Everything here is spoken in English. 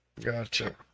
Gotcha